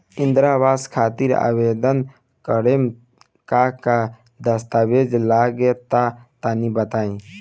इंद्रा आवास खातिर आवेदन करेम का का दास्तावेज लगा तऽ तनि बता?